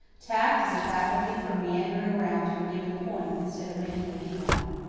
tact is a faculty for meandering around to a given point instead of making a bee-line.